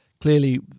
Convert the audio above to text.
clearly